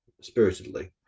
spiritedly